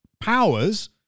powers